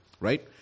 right